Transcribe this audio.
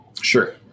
sure